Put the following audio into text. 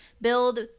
build